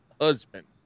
husband